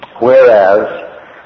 Whereas